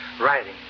writing